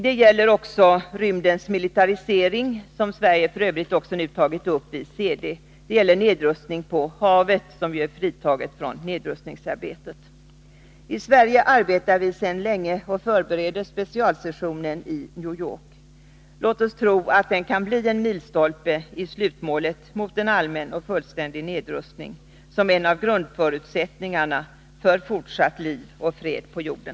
Andra frågor gäller rymdens militarisering, som Sverige nu har tagit upp i CD, och nedrustning på havet, som är fritaget från nedrustningsarbetet. I Sverige arbetar vi sedan länge med förberedelserna för specialsessionen i New York. Låt oss tro att den kan bli en milstolpe mot slutmålet en allmän och fullständig nedrustning, som är en av grundförutsättningarna för fortsatt liv och fred på jorden.